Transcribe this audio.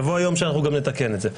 יבוא יום שאנחנו גם נתקן את זה.